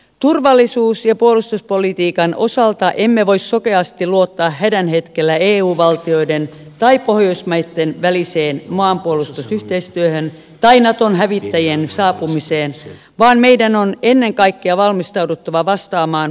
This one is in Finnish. turvallisuus ja puolustuspolitiikan osalta emme voi sokeasti luottaa hädän hetkellä eu valtioiden tai pohjoismaitten väliseen maanpuolustusyhteistyöhön tai naton hävittäjien saapumiseen vaan meidän on ennen kaikkea valmistauduttava vastaamaan maanpuolustuksestamme itse